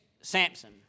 Samson